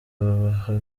aba